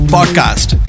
Podcast